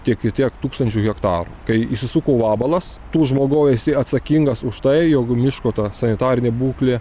tiek ir tiek tūkstančių hektarų kai įsisuko vabalas tu žmogau esi atsakingas už tai jog miško ta sanitarinė būklė